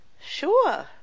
sure